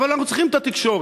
אבל אנחנו צריכים את התקשורת.